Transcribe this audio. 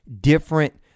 different